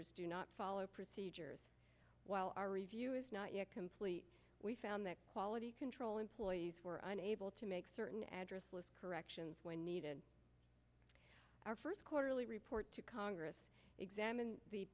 s do not follow procedures while our review is not yet complete we found that quality control employees were unable to make certain address list corrections when needed our first quarterly report to congress examine the